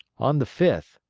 on the fifth,